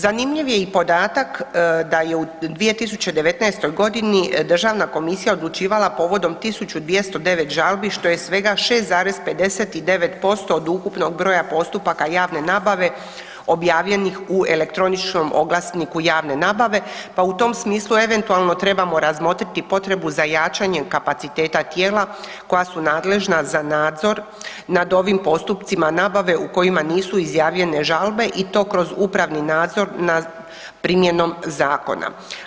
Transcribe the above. Zanimljiv je i podatak da je u 2019.g. Državna komisija odlučivala povodom 1209 žalbi što je svega 6,59% od ukupnog broja postupaka javne nabave objavljenih u elektroničkom oglasniku javne nabave, pa u tom smislu trebamo eventualno razmotriti potrebu za jačanjem kapaciteta tijela koja su nadležna za nadzor nad ovim postupcima nabave u kojima nisu izjavljene žalbe i to kroz upravni nadzor nad primjenom zakona.